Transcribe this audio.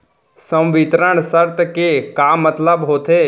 संवितरण शर्त के का मतलब होथे?